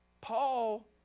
Paul